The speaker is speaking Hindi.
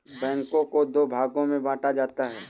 बैंकों को दो भागों मे बांटा जाता है